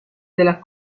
della